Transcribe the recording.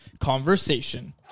Conversation